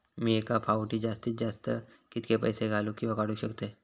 मी एका फाउटी जास्तीत जास्त कितके पैसे घालूक किवा काडूक शकतय?